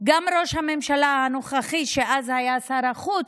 גם ראש הממשלה הנוכחי, שאז היה שר החוץ,